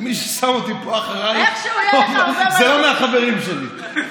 מי ששם אותי אחרייך, זה לא מהחברים שלי.